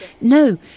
no